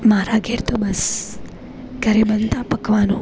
મારા ઘેર તો બસ ઘરે બનતા પકવાનો